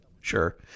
Sure